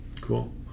Cool